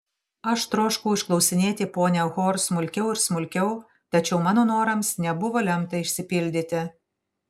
aš troškau išklausinėti ponią hor smulkiau ir smulkiau tačiau mano norams nebuvo lemta išsipildyti